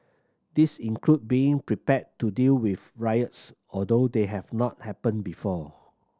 these include being prepared to deal with riots although they have not happened before